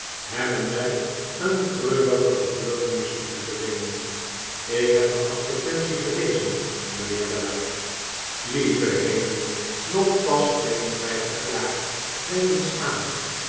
hebben wij een treurige gebeurtenis moeten beweenen ik heb de advertentie gelezen mijnheer weller lieve hemel nog pas twee en vijftig jaar denk eens aan